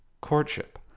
courtship